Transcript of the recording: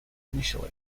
initially